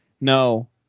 No